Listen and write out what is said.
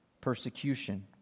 persecution